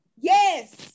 yes